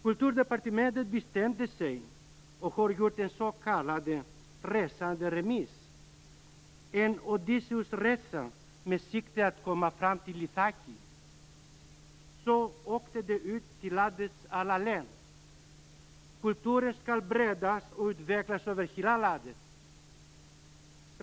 Kulturdepartementet bestämde sig och gjorde en s.k. resande remiss, en Odysseusresa med sikte på att komma fram till Ithaki. Så åkte de ut till landets alla län. Kulturen skulle breddas och utvecklas över hela landet.